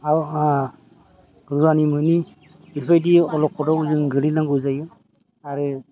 रुवान मोनि बेफोरबायदि अलखदाव जों गोग्लैनांगौ जायो आरो